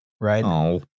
right